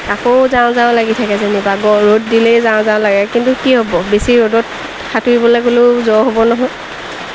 আকৌ যাওঁ যাওঁ লাগি থাকে যেনিবা গ ৰ'দ দিলেই যাওঁ যাওঁ লাগে কিন্তু কি হ'ব বেছি ৰ'দত সাঁতুৰিবলৈ গ'লেও জ্বৰ হ'ব নহয়